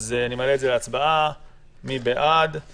אני מעלה להצבעה את תקנות סמכויות מיוחדות